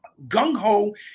gung-ho